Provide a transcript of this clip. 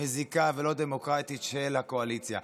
מזיקה ולא דמוקרטית של הקואליציה.